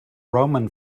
roman